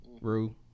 Rue